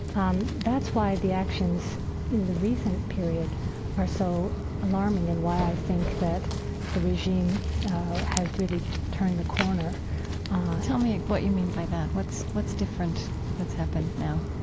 um that's why the actions in the recent period are so alarming and why i think that the regime has really turned the corner tell me what you mean by that. what's what's different that's happened now?